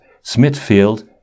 Smithfield